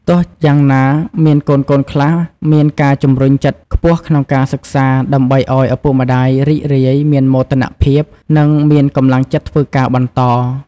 ទោះយ៉ាងណា មានកូនៗខ្លះមានការជម្រុញចិត្តខ្ពស់ក្នុងការសិក្សា ដើម្បីឲ្យឪពុកម្តាយរីករាយ មានមោទនភាព និងមានកម្លាំងចិត្តធ្វើការបន្ត។